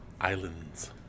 Islands